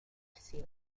seal